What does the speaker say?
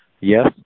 Yes